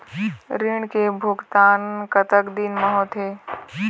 ऋण के भुगतान कतक दिन म होथे?